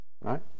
right